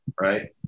right